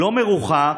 לא מרוחה,